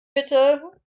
bitte